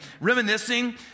reminiscing